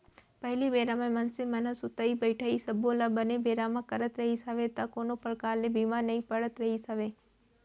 पहिली बेरा म मनसे मन ह सुतई बइठई सब्बो ल बने बेरा म करत रिहिस हवय त कोनो परकार ले बीमार नइ पड़त रिहिस हवय